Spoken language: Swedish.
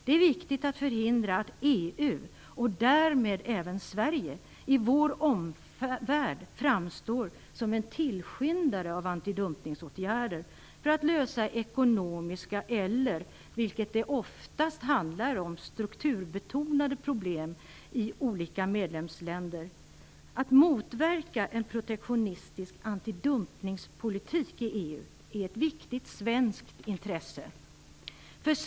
Det är viktigt att förhindra att EU, och därmed även Sverige, i vår omvärld framstår som en tillskyndare av antidumpningsåtgärder för att lösa ekonomiska eller, vilket det oftast handlar om, strukturbetonade problem i olika medlemsländer. Att motverka en protektionistisk antidumpningspolitik i EU är ett viktigt svenskt intresse.